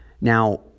Now